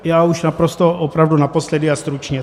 Já už naprosto opravdu naposledy a stručně.